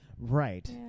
Right